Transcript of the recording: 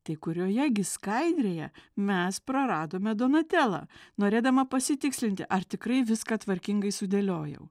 tai kurioje gi skaidrėje mes praradome donatelą norėdama pasitikslinti ar tikrai viską tvarkingai sudėliojau